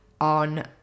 on